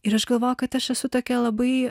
ir aš galvoju kad aš esu tokia labai